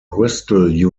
bristol